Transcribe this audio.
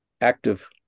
active